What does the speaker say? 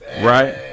Right